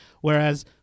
whereas